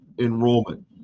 enrollment